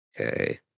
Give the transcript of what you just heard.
Okay